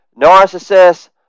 narcissist